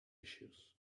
issues